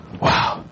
Wow